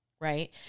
Right